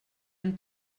amb